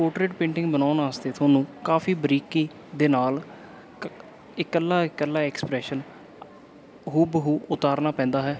portrait painting ਬਣਾਉਣ ਵਾਸਤੇ ਤੁਹਾਨੂੰ ਕਾਫੀ ਬਰੀਕੀ ਦੇ ਨਾਲ ਕ ਇਕੱਲਾ ਇਕੱਲਾ ਐਕਸਪ੍ਰੈਸ਼ਨ ਹੂ ਬ ਹੂ ਉਤਾਰਨਾ ਪੈਂਦਾ ਹੈ